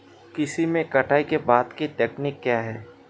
कृषि में कटाई के बाद की तकनीक क्या है?